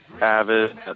avid